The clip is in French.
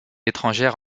étrangère